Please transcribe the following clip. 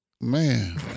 Man